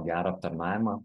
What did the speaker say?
gerą aptarnavimą